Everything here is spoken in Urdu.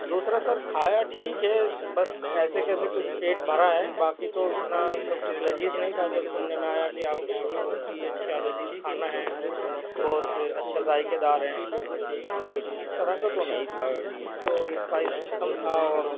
دوسرا سر کھایا ٹھیک ہے بس ایسے کیسے کچھ پیٹ بھرا ہے باقی تو اتنا سب کچھ لذیذ نہیں تھا جو سننے میں آیا کہ آپ کے یہاں کا بہت ہی اچھا لذیذ کھانا ہے بہت اچھا ذائقے دار ہے سر اس طرح کا تو نہیں تھا کچھ تو اسپائسی کم تھا اور